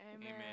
Amen